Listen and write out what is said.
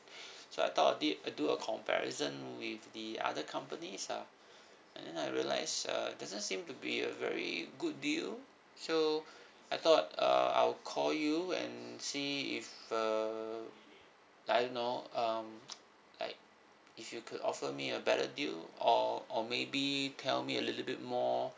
so I thought of did uh do a comparison with the other companies ah and then I realise doesn't seem to be a very good deal so I thought uh I'll call you and see if uh I don't know um like if you could offer me a better deal or or maybe tell me a little bit more